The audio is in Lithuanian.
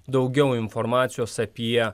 daugiau informacijos apie